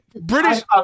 british